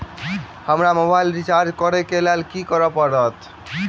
हमरा mobile recharge करऽ केँ लेल की करऽ पड़त?